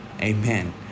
Amen